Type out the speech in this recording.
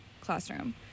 classroom